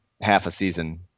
half-a-season